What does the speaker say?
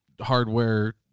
hardware